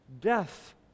death